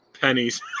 Pennies